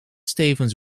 stevens